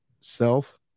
Self